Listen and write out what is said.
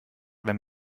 wenn